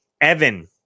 Evan